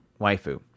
waifu